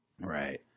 Right